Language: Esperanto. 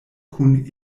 kun